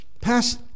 Pass